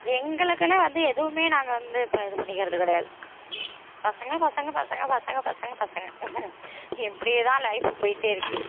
எங்களுக்குன்னு வந்து எதுவுமே நாங்கள் வந்து இப்போ இது பண்ணிக்கிறது கிடையாது பசங்க பசங்க பசங்க பசங்க பசங்க பசங்க இப்படியே தான் லைஃபு போய்ட்டே இருக்குது